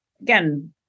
again